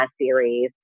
series